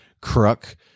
crook